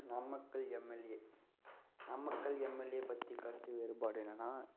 Namakkal MLA Namakkal MLA பற்றி கருத்து வேறுபாடு என்னன்னா